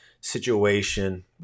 situation